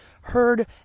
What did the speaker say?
heard